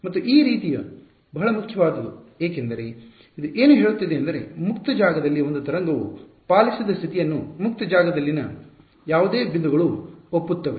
ಮತ್ತು ಈ ರೀತಿಯು ಬಹಳ ಮುಖ್ಯವಾದುದು ಯಾಕೆಂದರೆ ಇದು ಏನು ಹೇಳುತ್ತಿದೆ ಎಂದರೆ ಮುಕ್ತ ಜಾಗದಲ್ಲಿ ಒಂದು ತರಂಗವು ಪಾಲಿಸಿದ ಸ್ಥಿತಿ ಯನ್ನು ಮುಕ್ತ ಜಾಗದಲ್ಲಿನ ಯಾವುದೇ ಬಿಂದುಗಳು ಒಪ್ಪುತ್ತವೆ